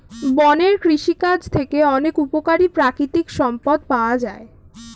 বনের কৃষিকাজ থেকে অনেক উপকারী প্রাকৃতিক সম্পদ পাওয়া যায়